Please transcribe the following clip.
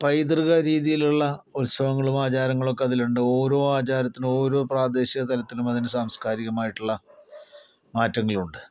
പൈതൃക രീതിയിലുള്ള ഉത്സവങ്ങളും ആചാരങ്ങളും ഒക്കെ അതിലുണ്ട് ഓരോ ആചാരത്തിനും ഓരോ പ്രാദേശിക തലത്തിനും അതിന് സംസ്കാരികമായിട്ടുള്ള മാറ്റങ്ങളുണ്ട്